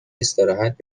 استراحت